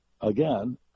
again